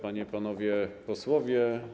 Panie i Panowie Posłowie!